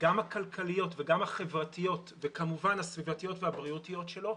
גם הכלכליות וגם החברתיות וכמובן הסביבתיות והבריאותיות שלו,